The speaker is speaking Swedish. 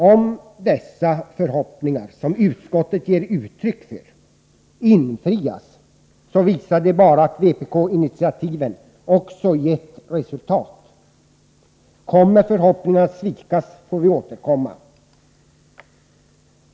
Om de förhoppningar som utskottet ger uttryck för infrias visar det bara att vpk-initiativen också gett resultat. Kommer förhoppningarna att svikas får vi återkomma.